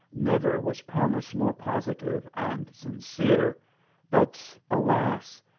never was promise more positive and sincere but alas!